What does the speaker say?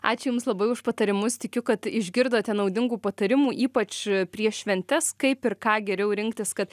ačiū jums labai už patarimus tikiu kad išgirdote naudingų patarimų ypač prieš šventes kaip ir ką geriau rinktis kad